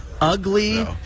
ugly